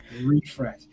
refresh